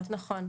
מהירות, נכון.